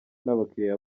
n’abakiliya